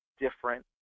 different